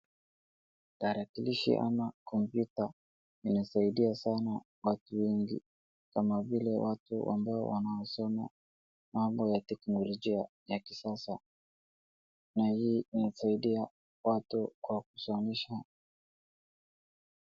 Tarakilishi ama kompyuta inasaidia sana watu wengi, kama vile watu ambao wanaosoma mambo ya teknolojia ya kisasa, na hii inasaidia watu kwa kusomesha.